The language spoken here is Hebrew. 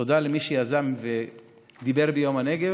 תודה למי שיזם ודיבר ביום הנגב,